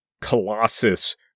colossus